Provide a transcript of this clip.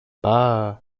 μπα